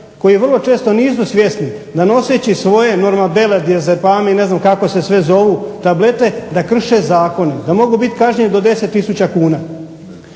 koji vrlo često nisu svjesni da noseći svoje Normabele, Diazepame i ne znam kako se sve zovu tablete da krše zakone, da mogu biti kažnjeni do 10 tisuća kuna.